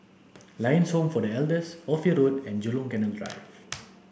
Lions Home for the Elders Ophir Road and Jurong Canal Drive